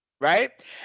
right